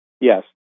yes